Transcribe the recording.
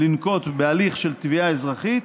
לנקוט הליך של תביעה אזרחית,